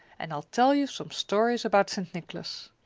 and i'll tell you some stories about st. nicholas.